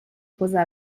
cosa